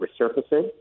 resurfacing